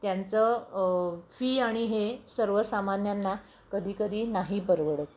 त्यांचं फी आणि हे सर्वसामान्यांना कधीकधी नाही परवडत